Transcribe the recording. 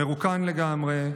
מרוקן לגמרי.